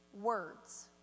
words